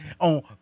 on